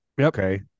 Okay